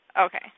Okay